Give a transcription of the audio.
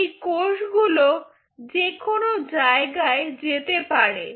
এই কোষগুলো যেকোন জায়গায় যেতে পারে